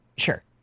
Sure